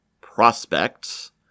prospects